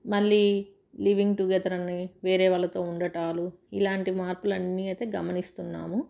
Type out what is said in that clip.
మళ్ళీ living together అని వేరే వాళ్ళతో ఉండడం ఇలాంటి మార్పులు అన్నీ అయితే గమనిస్తున్నాము